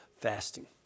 fasting